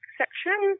section